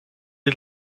est